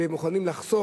והם מוכנים לחסוך